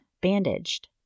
bandaged